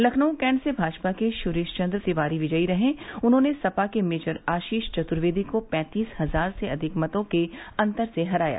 Lucknow Cantt से भाजपा के सुरेश चन्द्र तिवारी विजयी रहे उन्होंने सपा के मेजर आशीष चतुर्वेदी को पैंतीस हजार से अधिक मतो के अंतर से हराया